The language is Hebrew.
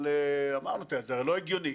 אבל אמרנו: זה לא הגיוני.